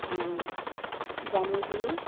Jamuguri